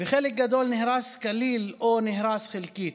וחלק גדול נהרס כליל או נהרס חלקית.